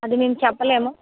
అది మేము చెప్పలేము